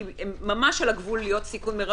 כי הן ממש על הגבול להיות בסיכון מרבי,